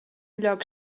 lloc